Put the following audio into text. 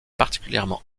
particulièrement